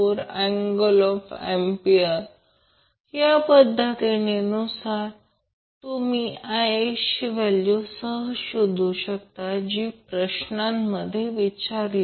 4° A या पद्धतीनुसार तुम्ही Ixची व्हॅल्यू सहज शोधू शकता जी प्रश्नामध्ये विचारली आहे